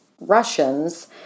Russians